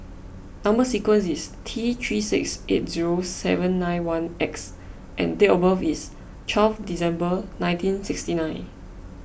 Number Sequence is T three six eight zero seven nine one X and date of birth is twelve December nineteen sixty nine